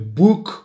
book